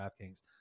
DraftKings